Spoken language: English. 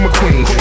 McQueen